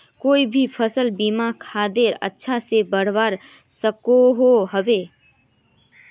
कोई भी सफल बिना खादेर अच्छा से बढ़वार सकोहो होबे?